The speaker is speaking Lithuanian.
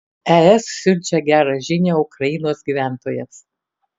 es siunčia gerą žinią ukrainos gyventojams